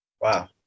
Wow